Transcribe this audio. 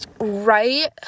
right